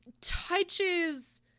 touches